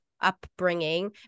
upbringing